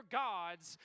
gods